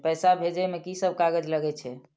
पैसा भेजे में की सब कागज लगे छै?